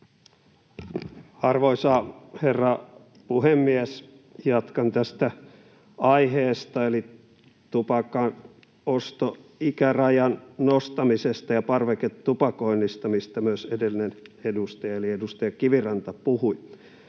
Arvoisa herra puhemies! Jatkan tästä aiheesta eli tupakan ostoikärajan nostamisesta ja parveketupakoinnista, mistä myös edellinen edustaja eli edustaja Kiviranta puhui.